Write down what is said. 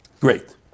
Great